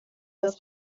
das